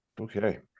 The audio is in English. Okay